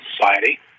society